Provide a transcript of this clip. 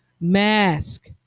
mask